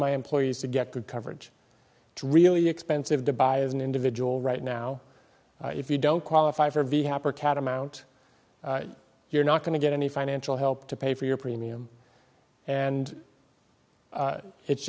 my employees to get good coverage really expensive to buy as an individual right now if you don't qualify for be happy or catamount you're not going to get any financial help to pay for your premium and it's